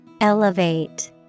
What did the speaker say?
Elevate